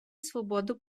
свободу